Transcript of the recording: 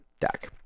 deck